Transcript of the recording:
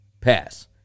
pass